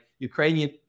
Ukrainian